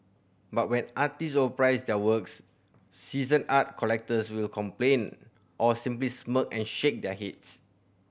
but when artist overprice their works seasoned art collectors will complain or simply smirk and shake their heads